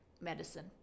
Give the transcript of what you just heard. medicine